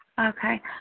Okay